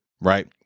right